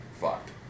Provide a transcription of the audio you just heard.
fucked